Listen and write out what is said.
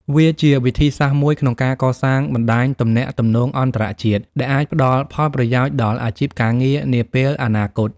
វាជាវិធីសាស្ត្រមួយក្នុងការកសាងបណ្ដាញទំនាក់ទំនងអន្តរជាតិ ដែលអាចផ្ដល់ផលប្រយោជន៍ដល់អាជីពការងារនាពេលអនាគត។